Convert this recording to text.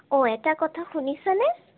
অঁ এটা কথা শুনিছানে